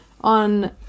on